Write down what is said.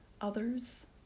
others